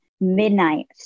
midnight